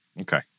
Okay